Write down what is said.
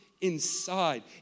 inside